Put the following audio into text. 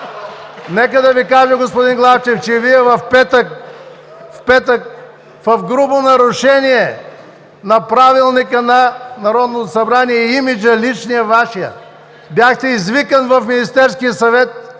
Нека да Ви кажа, господин Главчев, че Вие в петък, в грубо нарушение на Правилника на Народното събрание и имиджа – личния, Вашия, бяхте извикан в Министерския съвет,